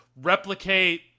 replicate